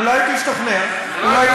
אולי תשכנע?